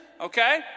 okay